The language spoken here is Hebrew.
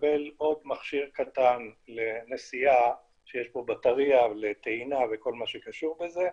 ומקבל עוד מכשיר קטן לנשיאה שיש בו בטרייה לטעינה וכל מה שקשור בזה,